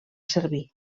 servir